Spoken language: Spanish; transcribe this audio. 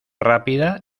rápida